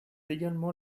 également